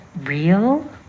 real